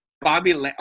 Bobby